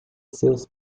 seus